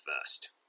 first